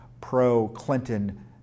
pro-Clinton